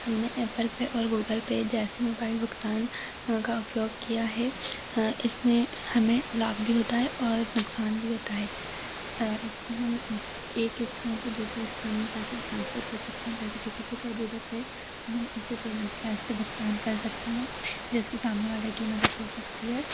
हमने Apple Pay और Google Pay जैसे मोबाईल भुगतान का उपयोग किया है इसमें हमें लाभ भी होता है और नुक़सान भी होता है इससे हम एक स्थान से दूसरे स्थान में पैसे ट्रांसफर कर सकते हैं जैसे किसी को ज़रूरत है तो हम उससे तुरंत पैसे भुगतान कर सकते हैं जैसे सामने वाले की हो सकती है